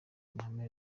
amahame